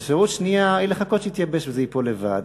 ואפשרות שנייה היא לחכות שזה יתייבש וזה ייפול לבד.